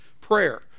prayer